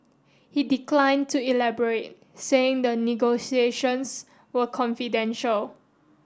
he declined to elaborate saying the negotiations were confidential